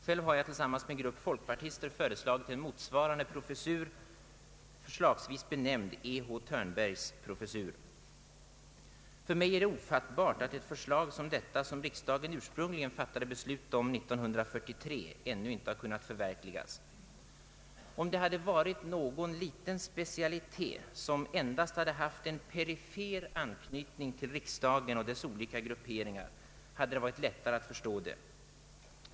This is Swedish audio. Själv har jag tillsammans med en grupp folkpartister föreslagit en motsvarande professur, förslagsvis benämnd E. H. Thörnbergs professur. För mig är det helt ofattbart att ett förslag som detta, vilket riksdagen ursprungligen fattade beslut om redan 1943, ännu inte har kunnat förverkligas. Om det hade gällt någon specialitet som endast haft perifer anknytning till riksdagen och dess olika grupperingar skulle det varit lättare att förstå.